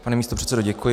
Pane místopředsedo, děkuji.